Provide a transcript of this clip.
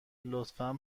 لطفا